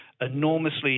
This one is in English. enormously